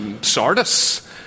Sardis